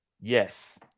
Yes